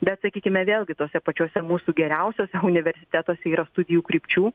bet sakykime vėlgi tuose pačiuose mūsų geriausiuose universitetuose yra studijų krypčių